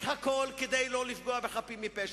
את הכול, כדי לא לפגוע בחפים מפשע.